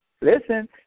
listen